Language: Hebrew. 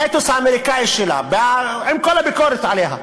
באתוס האמריקני שלה, עם כל הביקורת עליה,